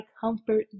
comfort